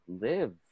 live